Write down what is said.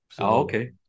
Okay